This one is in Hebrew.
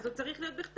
אז הוא צריך להיות בכתב.